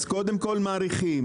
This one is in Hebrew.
אז קודם כל מעריכים,